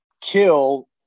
kill